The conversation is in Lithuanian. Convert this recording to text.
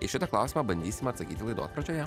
į šitą klausimą bandysim atsakyti laidos pradžioje